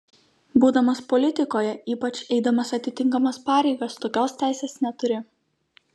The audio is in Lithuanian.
būdamas politikoje ypač eidamas atitinkamas pareigas tokios teisės neturi